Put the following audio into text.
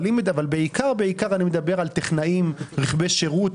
אבל בעיקר אני מדבר על טכנאים, רכבי שירות,